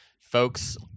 folks